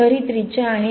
तर ही त्रिज्या आहे